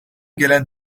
gelen